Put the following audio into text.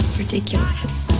ridiculous